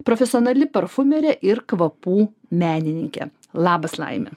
profesionali parfumerė ir kvapų menininkė labas laime